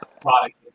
product